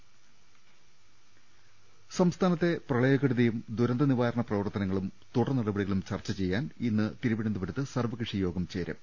ങ്ങ ൽ സംസ്ഥാനത്തെ പ്രളയക്കെടുതിയും ദുരന്ത നിവാരണ പ്രവർത്ത നങ്ങളും തുടർ നടപടികളും ചർച്ച ചെയ്യാൻ ഇന്ന് തിരുവനന്തപു രത്ത് സർവ്വക്ഷിയോഗം ചേരും